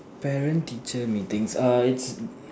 parent teacher meetings err it's